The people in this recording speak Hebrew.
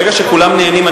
ברגע שכולם נהנים,